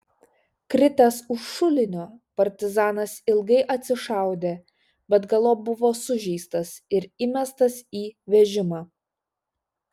kritęs už šulinio partizanas ilgai atsišaudė bet galop buvo sužeistas ir įmestas į vežimą